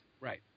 Right